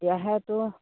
তেতিয়াহেতো